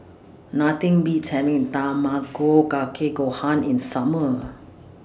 Nothing Beats having Tamago Kake Gohan in Summer